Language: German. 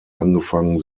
angefangen